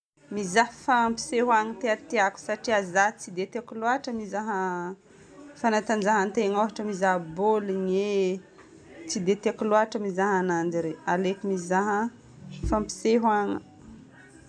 Mizaha fampisehoana ty tiako satria zaho tsy dia tiako loatra mizaha fanatanjahan-tegna ôhatra mizaha baoligny e. Tsy dia tiako loatra mizaha ananjy regny. Aleoko mizaha fampisehoana.